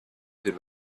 could